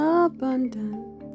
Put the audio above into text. abundance